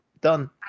done